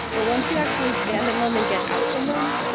but once you actually stand in them and get out in them,